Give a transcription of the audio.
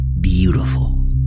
beautiful